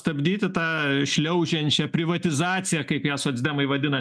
stabdyti tą šliaužiančią privatizaciją kaip ją socdemai vadina